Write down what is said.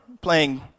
playing